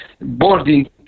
boarding